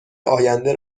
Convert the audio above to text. آینده